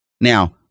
now